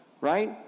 right